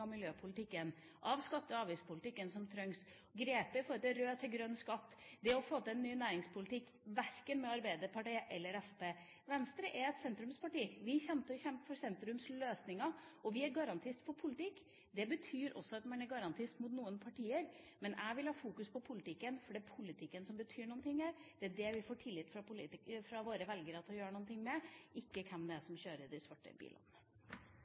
miljøpolitikken, av skatte- og avgiftspolitikken, som trengs, grepet når det gjelder et skifte fra rød til grønn skatt og det å få til en ny næringspolitikk – verken sammen med Arbeiderpartiet eller Fremskrittspartiet. Venstre er et sentrumsparti. Vi kommer til å kjempe for sentrumsløsninger, og vi er garantist for politikk. Det betyr også at man er garantist mot noen partier. Men jeg vil ha fokus på politikken, for det er politikken som betyr noe her – det er det vi får tillit fra våre velgere for å gjøre noe med – ikke hvem det er som kjører de svarte bilene.